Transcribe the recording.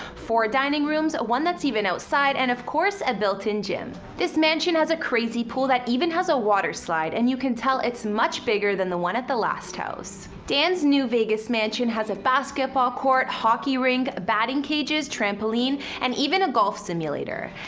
four dining rooms one that's even outside, and of course a built in gym. this mansion has a crazy pool that even has a waterslide and you can tell it's much bigger than the one at the last house. dan's new vegas mansion has a basketball court, hockey rink, batting cages, trampoline and even a golf simulator.